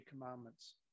commandments